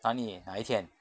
哪里哪一天